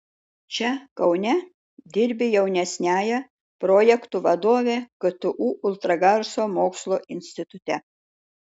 čia kaune dirbi jaunesniąja projektų vadove ktu ultragarso mokslo institute